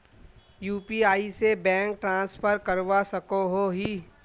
UPI से bank transfer करवा सकोहो ही?